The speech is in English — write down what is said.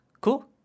Cool